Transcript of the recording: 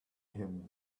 him